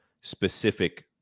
specific